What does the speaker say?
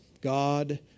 God